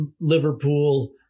Liverpool